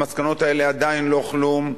המסקנות האלה הן עדיין לא כלום.